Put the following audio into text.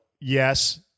yes